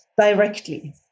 directly